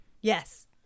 Yes